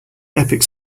epic